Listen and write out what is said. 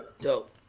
Dope